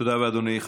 תודה רבה, אדוני.